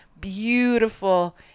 Beautiful